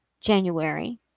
January